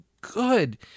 good